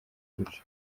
duce